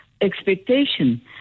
expectation